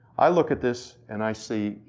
i look at this and i see,